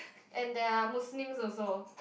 and there are Muslims also